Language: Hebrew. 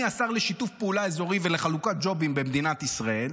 אני השר לשיתוף פעולה אזורי ולחלוקת ג'ובים במדינת ישראל,